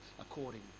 according